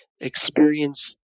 experience